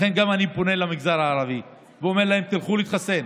לכן אני גם פונה למגזר הערבי ואומר להם: לכו להתחסן.